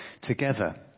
together